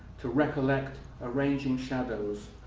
to recollect arranging shadows.